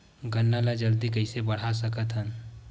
गन्ना ल जल्दी कइसे बढ़ा सकत हव?